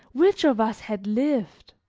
which of us had lived?